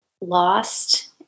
lost